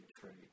trade